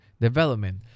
development